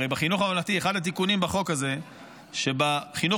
הרי אחד התיקונים בחוק הזה הוא שבחינוך